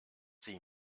sie